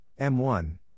M1